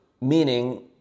meaning